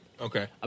Okay